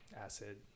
acid